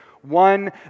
One